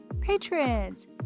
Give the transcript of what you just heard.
patrons